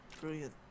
Brilliant